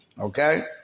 Okay